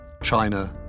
China